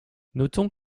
notons